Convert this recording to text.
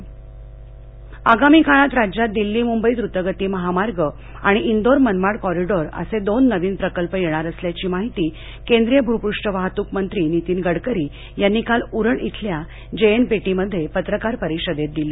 गडकरी आगामी काळात राज्यात दिल्ली मुंबई द्रतगती महामार्ग आणि आणि इंदोर मनमाड कॉरिडोअर असे दोन नवीन प्रकल्प येणार असल्याची माहिती केंद्रीय भूपृष्ठ वाहतूक मंत्री नितीन गडकरी यांनी काल उरण इथल्या जेएनपीटीमध्ये पत्रकार परिषदेत दिली